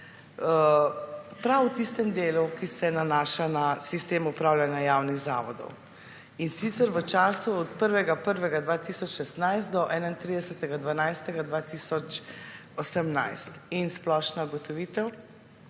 prav v tistem delu, ki se nanaša na sistem upravljanja javnih zavodov, in sicer v času od 1. 1. 2016 do 31. 12. 2018 in splošna ugotovitev: